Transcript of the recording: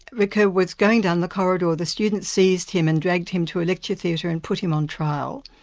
ricoeur was going down the corridor, the student seized him and dragged him to a lecture theatre and put him on trial.